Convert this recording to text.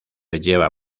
lleva